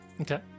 Okay